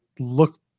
look